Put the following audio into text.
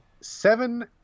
seven